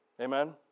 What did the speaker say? Amen